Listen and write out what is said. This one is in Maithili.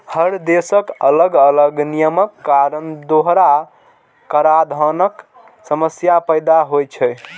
हर देशक अलग अलग नियमक कारण दोहरा कराधानक समस्या पैदा होइ छै